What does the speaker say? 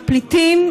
הפליטים,